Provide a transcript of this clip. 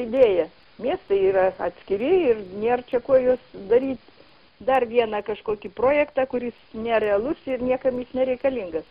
idėja miestai yra atskiri ir nėr čia ko juos daryt dar vieną kažkokį projektą kuris nerealus ir niekam jis nereikalingas